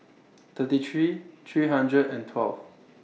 thirty three three hundred and twelve